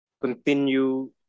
continue